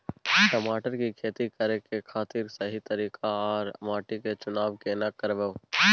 टमाटर की खेती करै के खातिर सही तरीका आर माटी के चुनाव केना करबै?